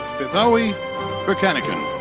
fithawi birhanykun.